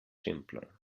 simpler